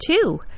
two